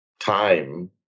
time